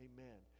Amen